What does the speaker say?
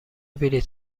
بلیط